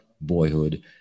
boyhood